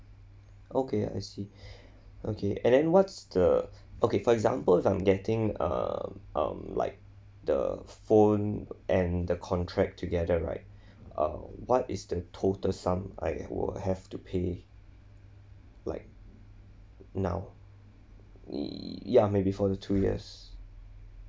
okay I see okay and then what's the okay for example if I'm getting um um like the phone and the contract together right uh what is the total sum like I will have to pay like now e ya maybe for the two years